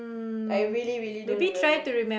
I really really don't remember